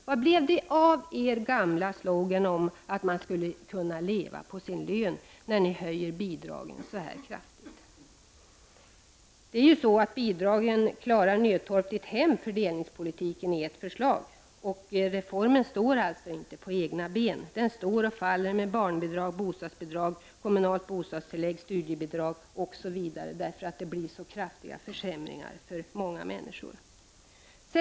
Vad blev det av er gamla slogan om att ”man skall kunna leva på sin lön” när ni höjer bidragen så här kraftigt? Bidragen klarar nödtorftigt fördelningspolitiken i ert förslag. Reformen står således inte på egna ben, utan den står och faller med barnbidrag, bostadsbidrag, kommunalt bostadstillägg, studiebidrag etc., eftersom det blir så kraftiga försämringar för många människor.